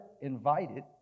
invited